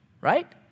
right